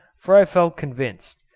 for i felt convinced,